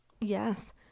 Yes